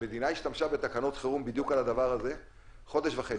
המדינה השתמשה בתקנות חירום בדיוק על הדבר הזה חודש וחצי.